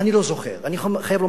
התלמוד